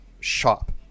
shop